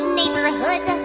neighborhood